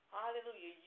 Hallelujah